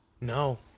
No